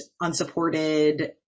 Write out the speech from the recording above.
unsupported